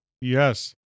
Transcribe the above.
Yes